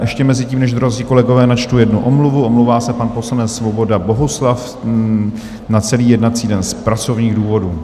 Ještě mezitím, než dorazí kolegové, načtu jednu omluvu: omlouvá se pan poslanec Svoboda Bohuslav na celý jednací den z pracovních důvodů.